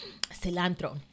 cilantro